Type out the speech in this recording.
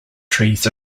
trees